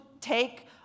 take